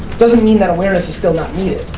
doesn't mean that awareness is still not needed.